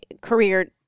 career